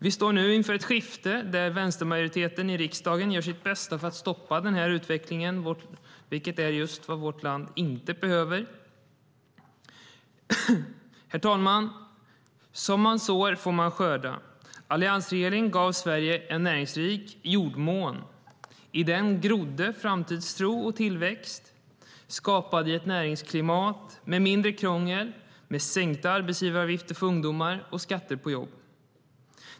Vi står nu inför ett skifte där vänstermajoriteten i riksdagen gör sitt bästa för att stoppa den här utvecklingen, vilket är just vad vårt land inteHerr ålderspresident! Som man sår får man skörda. Alliansregeringen gav Sverige en näringsrik jordmån. I den grodde framtidstro och tillväxt skapad i ett näringsklimat med mindre krångel, sänkta arbetsgivaravgifter för ungdomar och sänkta skatter på jobb.